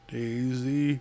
Daisy